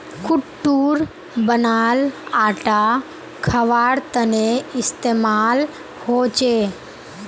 कुट्टूर बनाल आटा खवार तने इस्तेमाल होचे